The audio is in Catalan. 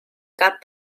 cap